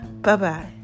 Bye-bye